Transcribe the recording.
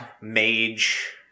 Mage